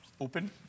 Open